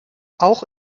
auch